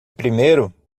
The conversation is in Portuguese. primeiro